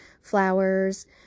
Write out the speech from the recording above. flowers